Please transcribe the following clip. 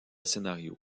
scénario